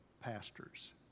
pastors